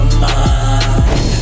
mind